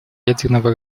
ядерного